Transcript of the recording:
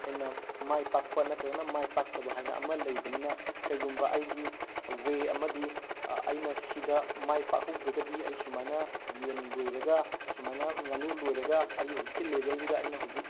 ꯑꯩꯅ ꯃꯥꯏ ꯄꯥꯛꯄ ꯅꯠꯇ꯭ꯔꯒꯅ ꯃꯥꯏ ꯄꯥꯛꯇꯕ ꯍꯥꯏꯅ ꯑꯃ ꯂꯩꯕꯅꯤꯅ ꯀꯩꯒꯨꯝꯕ ꯑꯩꯒꯤ ꯋꯦ ꯑꯃꯗꯤ ꯑꯩꯅ ꯁꯤꯗ ꯃꯥꯏ ꯄꯥꯛꯍꯧꯗ꯭ꯔꯒꯗꯤ ꯑꯩ ꯁꯨꯃꯥꯏꯅ ꯌꯦꯟ ꯂꯣꯏꯔꯒ ꯁꯨꯃꯥꯏꯅ ꯉꯥꯅꯨ ꯂꯣꯏꯔꯒ ꯑꯩꯒꯤ ꯍꯧꯖꯤꯛꯀꯤ ꯂꯦꯕꯦꯜꯁꯤꯗ ꯑꯩꯅ ꯍꯧꯖꯤꯛ